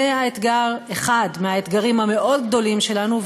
זה אחד מהאתגרים המאוד-גדולים שלנו,